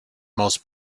most